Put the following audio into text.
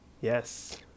Yes